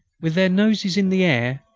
with their noses in the air,